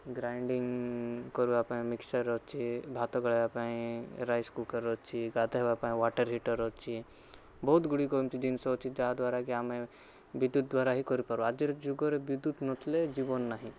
grinding କରିବାପାଇଁ mixture ଅଛି ଭାତ ଗାଳିବା ପାଇଁ ରାଇସ୍ କୁକର୍ ଅଛି ଗାଧେଇବା ପାଇଁ ୱାଟରହିଟର୍ ଅଛି ବହୁତ ଗୁଡ଼ିକ ଏମିତି ଜିନିଷ ଅଛି ଯାହାଦ୍ଵାରାକି ଆମେ ବିଦ୍ୟୁତ୍ ଦ୍ଵାରା ହିଁ କରିପାରୁ ଆଜିର ଯୁଗରେ ବିଦ୍ୟୁତ୍ ନଥିଲେ ଜୀବନ ନାହିଁ